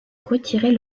retirer